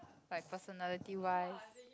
like personality wise